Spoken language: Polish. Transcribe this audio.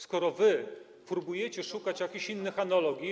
Skoro próbujecie szukać jakichś innych analogii.